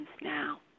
now